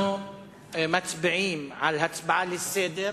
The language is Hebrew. אנחנו מצביעים על הצעה לסדר-היום,